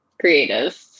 creative